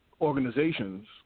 organizations